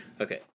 okay